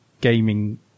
gaming